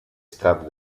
strade